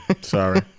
Sorry